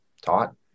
taught